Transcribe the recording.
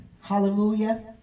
hallelujah